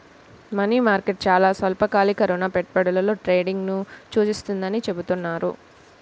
money market చాలా స్వల్పకాలిక రుణ పెట్టుబడులలో ట్రేడింగ్ను సూచిస్తుందని చెబుతున్నారు